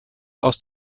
aus